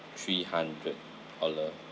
three hundred dollar